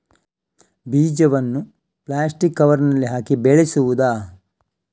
ಬೀಜವನ್ನು ಪ್ಲಾಸ್ಟಿಕ್ ಕವರಿನಲ್ಲಿ ಹಾಕಿ ಬೆಳೆಸುವುದಾ?